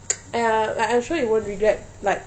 ya like I'm sure you won't regret like